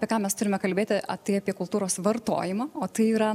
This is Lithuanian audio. apie ką mes turime kalbėti tai apie kultūros vartojimą o tai yra